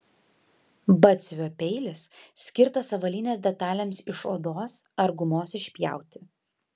batsiuvio peilis skirtas avalynės detalėms iš odos ar gumos išpjauti